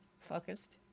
focused